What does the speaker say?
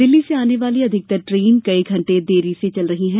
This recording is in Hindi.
दिल्ली से आने वाली अधिकतर ट्रेन कई घंटे की देरी से चल रही है